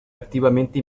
activamente